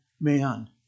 man